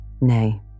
Nay